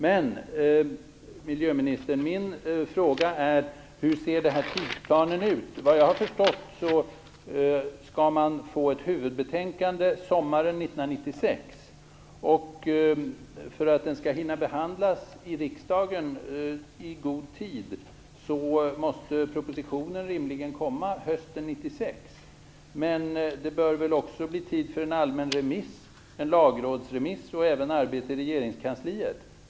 Min fråga är: Hur ser tidsplanen ut? Efter vad jag har förstått skall vi få ett huvudbetänkande sommaren 1996. För att det skall kunna behandlas i riksdagen i god tid måste propositionen rimligen komma hösten 1996. Men det bör väl också bli tid för en allmän remiss, en lagrådsremiss och även arbete i regeringskansliet.